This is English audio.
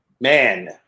man